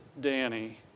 Danny